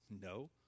No